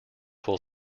full